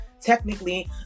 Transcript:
technically